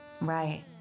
Right